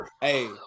hey